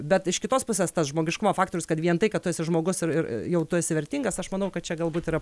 bet iš kitos pusės tas žmogiškumo faktorius kad vien tai kad tu esi žmogus ir ir jau tu esi vertingas aš manau kad čia galbūt yra